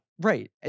Right